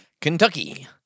Kentucky